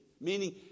Meaning